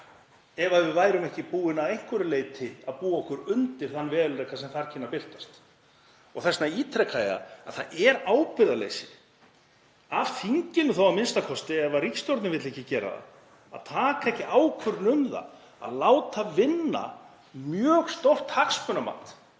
ef við værum ekki búin að einhverju leyti að búa okkur undir þann veruleika sem þar kynni að birtast. Þess vegna ítreka ég að það er ábyrgðarleysi af þinginu a.m.k., ef ríkisstjórnin vill ekki gera það, að taka ekki ákvörðun um að láta vinna mjög stórt hagsmunamat